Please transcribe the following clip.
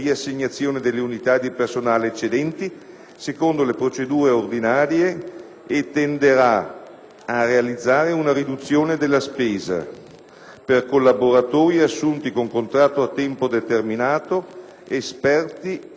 secondo le procedure ordinarie e tenderà a realizzare una riduzione della spesa per collaboratori assunti con contratti a tempo determinato, esperti e consulenti esterni.